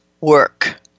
work